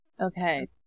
Okay